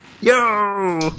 Yo